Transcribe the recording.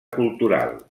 cultural